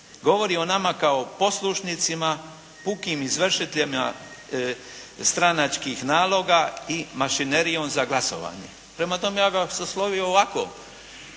govori o nama kao o poslušnicima, pukim izvršiteljima stranačkih naloga i mašinerijom za glasovanje. Prema tome, ja bi vas oslovio ovako